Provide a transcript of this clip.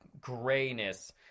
grayness